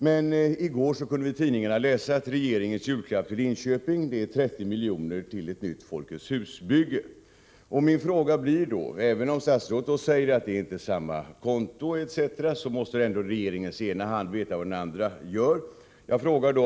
Men i går kunde vi i tidningarna läsa att regeringens julklapp till Linköping var 30 miljoner för ett nytt Folkets hus. Statsrådet säger att det inte är fråga om samma konto, men den ena handen måste veta vad den andra gör inom regeringen.